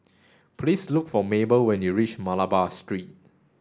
please look for Mable when you reach Malabar Street